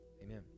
Amen